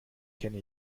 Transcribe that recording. kenne